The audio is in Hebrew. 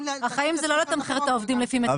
החיים זה לא לתמחר את העובדים לפי מטראז'.